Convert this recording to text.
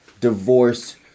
divorce